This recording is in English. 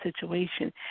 situation